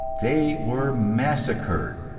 they were massacred,